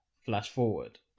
flash-forward